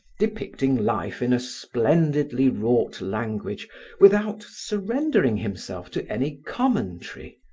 depicting life in a splendidly wrought language without surrendering himself to any commentary,